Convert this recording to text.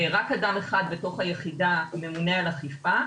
ורק אדם אחד בתוך היחידה הוא ממונה על אכיפה,